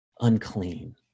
unclean